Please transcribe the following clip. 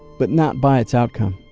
but not by its outcome,